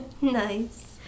Nice